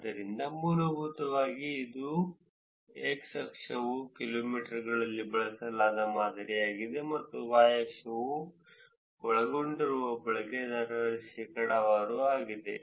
ಆದ್ದರಿಂದ ಮೂಲಭೂತವಾಗಿ ಇದು x ಅಕ್ಷವು ಕಿಲೋಮೀಟರ್ಗಳಲ್ಲಿ ಬಳಸಲಾದ ಮಾದರಿಯಾಗಿದೆ ಮತ್ತು y ಅಕ್ಷವು ಒಳಗೊಂಡಿರುವ ಬಳಕೆದಾರರ ಶೇಕಡಾವಾರು ಆಗಿದೆ